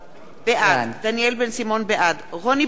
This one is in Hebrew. בעד רוני בר-און,